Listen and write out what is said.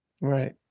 Right